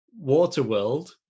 Waterworld